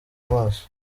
maso